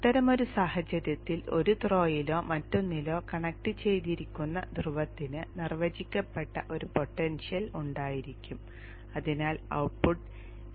അത്തരമൊരു സാഹചര്യത്തിൽ ഒരു ത്രോയിലോ മറ്റൊന്നിലോ കണക്റ്റ് ചെയ്തിരിക്കുന്ന ധ്രുവത്തിന് നിർവചിക്കപ്പെട്ട ഒരു പൊട്ടൻഷ്യൽ ഉണ്ടായിരിക്കും അതിനാൽ ഔട്ട്പുട്ട് Vo ആണ്